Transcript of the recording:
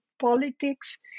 politics